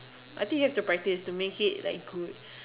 I think you have to practice to make it like good